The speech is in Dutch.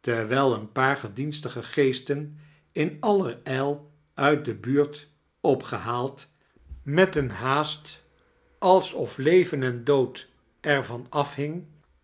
terwijl een paar gedienstige geesten in allerijl uit de buurt opgehaald met een haast alsof leven en dood er